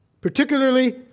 particularly